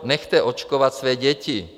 Nechte očkovat své děti.